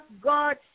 God